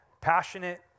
passionate